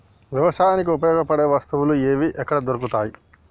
వ్యవసాయానికి ఉపయోగపడే వస్తువులు ఏవి ఎక్కడ దొరుకుతాయి?